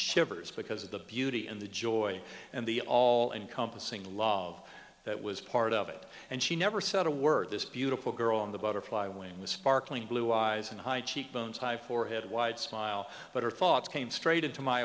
shivers because of the beauty and the joy and the all encompassing love that was part of it and she never said a word this beautiful girl in the butterfly wing with sparkling blue eyes and high cheekbones high forehead wide smile but her thought came straight into my